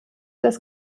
das